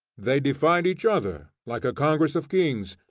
they defied each other, like a congress of kings,